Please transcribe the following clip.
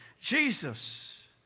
Jesus